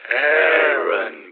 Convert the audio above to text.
Aaron